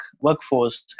workforce